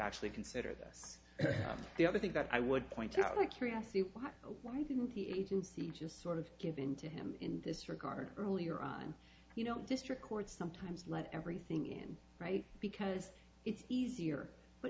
actually consider this the other thing that i would point out of curiosity why why didn't the agency just sort of give in to him in this regard earlier on you know this record sometimes let everything in right because it's easier but